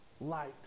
light